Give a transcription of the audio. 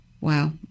Wow